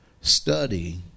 Study